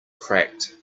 cracked